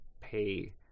pay